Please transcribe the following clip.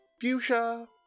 Fuchsia